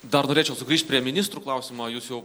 dar norėčiau sugrįžt prie ministrų klausimo jūs jau